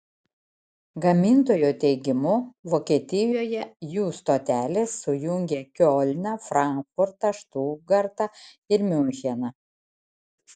gamintojo teigimu vokietijoje jų stotelės sujungia kiolną frankfurtą štutgartą ir miuncheną